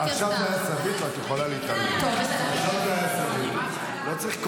בואי, עכשיו זה היה סביר, ואת יכולה להתעלם.